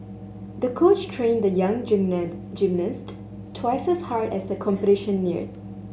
the coach trained the young gymnast twice as hard as the competition neared